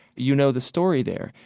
you know the story there.